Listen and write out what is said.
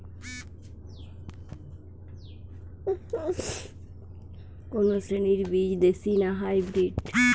কোন শ্রেণীর বীজ দেশী না হাইব্রিড?